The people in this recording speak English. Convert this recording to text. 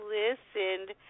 listened